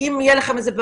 אם תהיה להם איזו בעיה,